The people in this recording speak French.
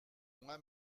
moi